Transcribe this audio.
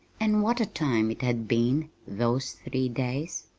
and what a time it had been those three days!